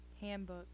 Handbook